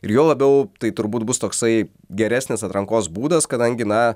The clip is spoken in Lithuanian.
ir juo labiau tai turbūt bus toksai geresnis atrankos būdas kadangi na